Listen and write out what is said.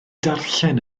darllen